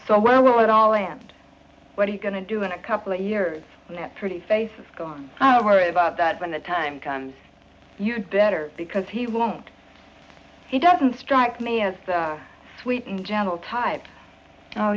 so where will it all and what are you going to do in a couple of years when that pretty face is gone i worry about that when the time comes better because he won't he doesn't strike me as sweet and gentle type